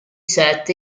set